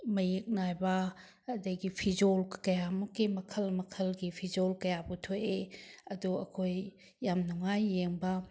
ꯃꯌꯦꯛ ꯅꯥꯏꯕ ꯑꯗꯒꯤ ꯐꯤꯖꯣꯜ ꯀꯌꯥ ꯃꯨꯛꯀꯤ ꯃꯈꯜ ꯃꯈꯜꯒꯤ ꯐꯤꯖꯣꯜ ꯀꯌꯥ ꯄꯨꯊꯣꯛꯏ ꯑꯗꯨ ꯑꯩꯈꯣꯏ ꯌꯥꯝ ꯅꯨꯡꯉꯥꯏ ꯌꯦꯡꯕ